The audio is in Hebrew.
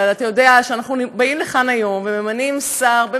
אבל אתה יודע שאנחנו נתבעים לכאן היום וממנים שר,